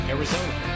Arizona